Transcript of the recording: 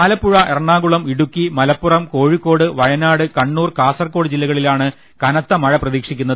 Alappuzha Ernakulam Idukki Malappuram Kozhikode Wayanad Kannur Kasaragod ജില്ലകളിലാണ് കനത്ത മഴ പ്രതീക്ഷിക്കുന്നത്